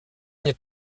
nie